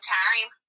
time